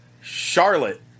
Charlotte